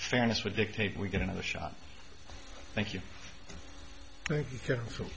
fairness would dictate we get another shot thank you thank you